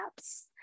apps